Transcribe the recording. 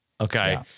Okay